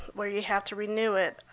where you have to renew it.